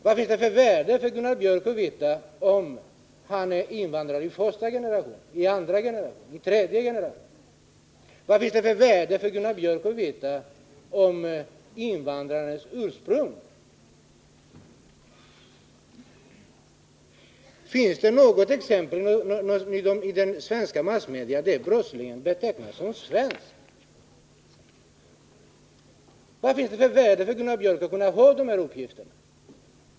Vad finns det för värde för Gunnar Biörck att få veta om brottslingen är invandrare i första generation, i andra generation eller i tredje generation? Vad finns det för värde för Gunnar Biörck att få kännedom om invandrarens ursprung? Finns det något exempel från massmedia där en brottsling betecknats som svensk? Vad finns det för värde för Gunnar Biörck att få dessa uppgifter?